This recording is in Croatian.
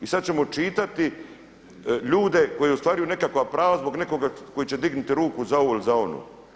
I sada ćemo čitati ljude koji ostvaruju nekakva prava zbog nekoga koji će dignuti ruku za ovo ili za ono.